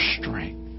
strength